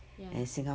ya